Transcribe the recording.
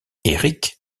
éric